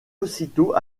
aussitôt